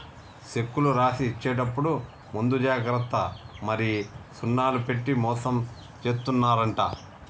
సెక్కులు రాసి ఇచ్చేప్పుడు ముందు జాగ్రత్త మరి సున్నాలు పెట్టి మోసం జేత్తున్నరంట